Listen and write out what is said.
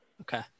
Okay